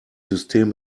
system